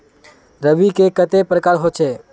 रवि के कते प्रकार होचे?